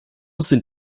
sind